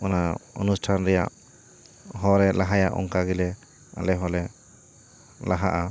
ᱚᱱᱟ ᱚᱱᱩᱥᱴᱷᱟᱱ ᱨᱮᱭᱟᱜ ᱦᱚᱨᱮ ᱞᱟᱦᱟ ᱚᱱᱠᱟ ᱜᱮᱞᱮ ᱟᱞᱮ ᱦᱚᱞᱮ ᱞᱟᱦᱟᱜᱼᱟ